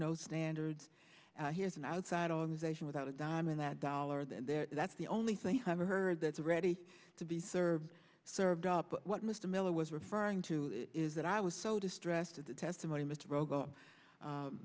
no standards here is an outside organization without a dime and that dollar that that's the only thing i've heard that's ready to be served served up what mr miller was referring to is that i was so distressed at the testimony mr ro